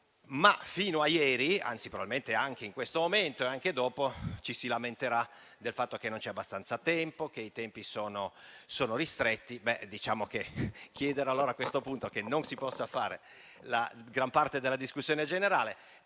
fino a ieri, probabilmente anche in questo momento e dopo, ci si lamenterà del fatto che non c'è abbastanza tempo e che i tempi sono ristretti. Chiedere a questo punto che non si possa fare gran parte della discussione generale